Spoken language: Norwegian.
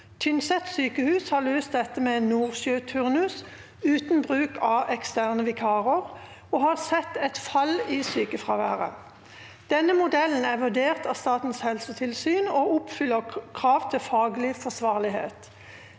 Tynset sykehus har løst dette med en «nordsjø-turnus», uten bruk av eksterne vikarer, og har sett et fall i sykefra- været. Denne modellen er vurdert av Statens helsetilsyn og oppfyller krav til faglig forsvarlighet.